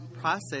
process